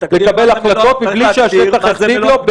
לקבל החלטות מבלי שהשטח יכתיב לו,